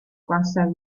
quincy